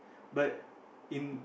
but in